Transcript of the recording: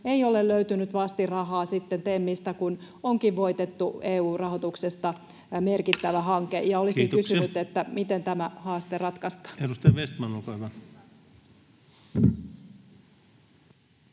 ei ole löytynyt vastinrahaa TEMistä, kun onkin voitettu EU-rahoituksesta merkittävä hanke, [Puhemies: Kiitoksia!] ja olisin kysynyt, miten tämä haaste ratkaistaan.